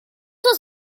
was